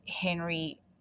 Henry